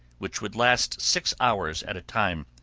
which would last six hours at a time.